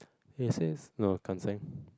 this is no can't sing